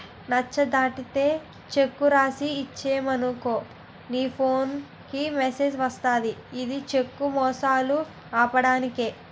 నచ్చ దాటితే చెక్కు రాసి ఇచ్చేవనుకో నీ ఫోన్ కి మెసేజ్ వస్తది ఇది చెక్కు మోసాలు ఆపడానికే